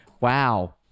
Wow